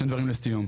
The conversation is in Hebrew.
שני דברים לסיום,